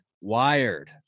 Wired